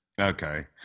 Okay